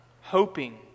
hoping